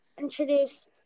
introduce